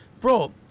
bro